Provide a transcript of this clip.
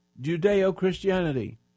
Judeo-Christianity